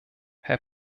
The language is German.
herr